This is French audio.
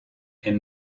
est